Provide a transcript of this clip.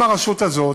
עם הרשות הזאת,